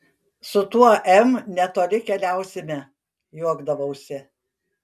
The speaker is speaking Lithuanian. su tuo m netoli keliausime juokdavausi